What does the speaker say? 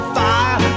fire